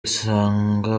usanga